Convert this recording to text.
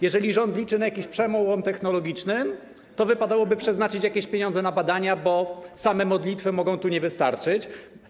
Jeżeli rząd liczy na jakiś przełom technologiczny, to wypadałoby przeznaczyć jakieś pieniądze na badania, bo same modlitwy mogą tu nie wystarczyć.